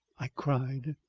i cried.